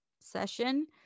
session